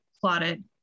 plotted